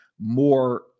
more